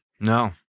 No